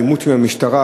העימות עם המשטרה,